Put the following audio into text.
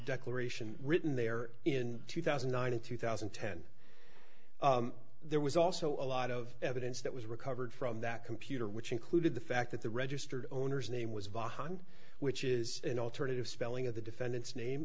declaration written there in two thousand and nine and two thousand and ten there was also a lot of evidence that was recovered from that computer which included the fact that the registered owner's name was vahana which is an alternative spelling of the defendant's name